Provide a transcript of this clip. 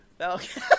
Okay